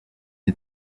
mon